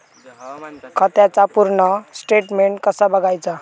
खात्याचा पूर्ण स्टेटमेट कसा बगायचा?